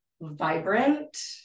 vibrant